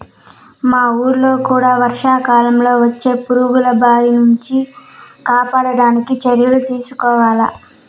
మా వూళ్ళో కూడా వర్షాకాలంలో వచ్చే పురుగుల బారి నుంచి కాపాడడానికి చర్యలు తీసుకోవాల